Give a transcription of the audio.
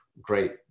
Great